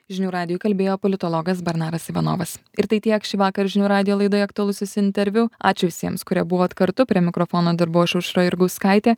žinių radijui kalbėjo politologas bernaras ivanovas ir tai tiek šįvakar žinių radijo laidoje aktualusis interviu ačiū visiems kurie buvot kartu prie mikrofono dirbau aš aušra jurgauskaitė